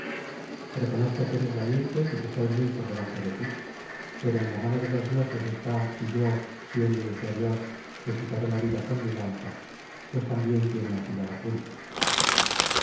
reconozco que eres valiente y que estoy por muy debajo de ti pero en la mano de los dioses está si yo siendo inferior te quitaré la vida con mi lanza pues también tiene afilada punta